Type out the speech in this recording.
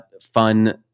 fun